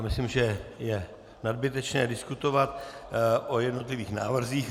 Myslím, že je nadbytečné diskutovat o jednotlivých návrzích.